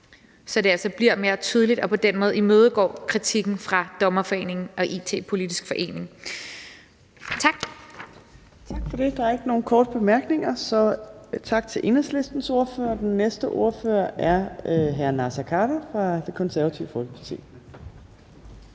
så det altså bliver mere tydeligt, og så de på den måde imødegår kritikken fra Dommerforeningen og fra IT-Politisk Forening. Tak. Kl. 15:56 Fjerde næstformand (Trine Torp): Der er ikke nogen korte bemærkninger, så tak til Enhedslistens ordfører. Den næste ordfører er hr. Naser Khader fra Det Konservative Folkeparti.